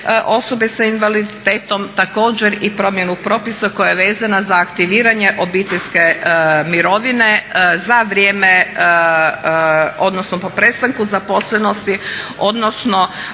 osobe s invaliditetom, također i promjenu propisa koja je vezana za aktiviranje obiteljske mirovine po prestanku zaposlenosti odnosno